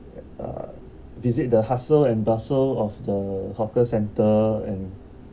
uh visit the hustle and bustle of the hawker centre and